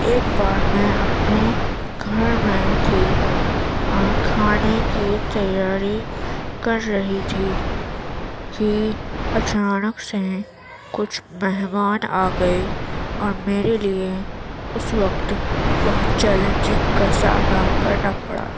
ایک بار میں اپنے گھر میں تھی اور کھانے کی تیاری کر رہی تھی کہ اچانک سے کچھ مہمان آ گئے اور میرے لیے اس وقت بہت چیلنجنگ کا سامنا کرنا پڑا